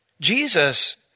Jesus